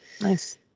Nice